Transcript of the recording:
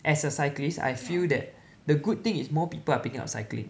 as a cyclist I feel that the good thing is more people are picking up cycling